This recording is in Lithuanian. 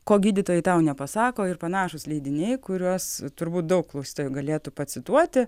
ko gydytojai tau nepasako ir panašūs leidiniai kuriuos turbūt daug klausytojų galėtų pacituoti